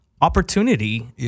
opportunity